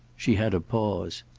she had a pause.